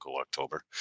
October